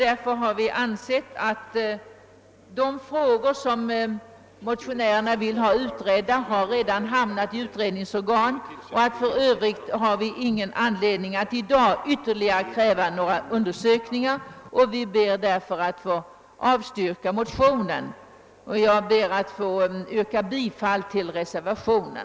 Eftersom de frågor som motionärerna vill ha utredda redan har hamnat hos utredningsorgan anser vi att det inte finns någon anledning att i dag kräva några ytterligare undersökningar. Reservanterna avstyrker därför motionen, och jag ber att få yrka bifall till reservationen.